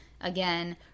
again